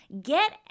get